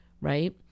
right